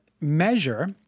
measure